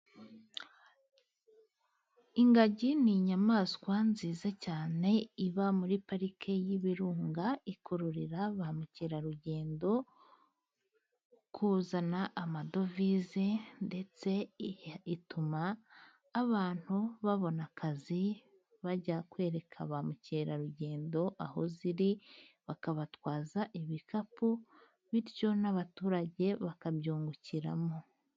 Ingagi ni inyamaswa nziza cyane iba muri Pariki y'Ibirunga, ikururira ba mukerarugendo kuzana amadovize ndetse ituma abantu babona akazi bajya kwereka ba mukerarugendo aho ziri, bakabatwaza ibikapu bityo n'abaturage bakabyungukiramo.